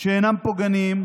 שאינם פוגעניים